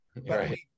Right